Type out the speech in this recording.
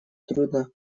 трудно